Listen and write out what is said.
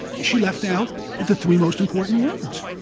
she left out the three most important words.